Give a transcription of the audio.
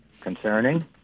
concerning